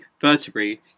vertebrae